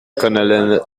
colonel